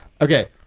Okay